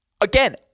Again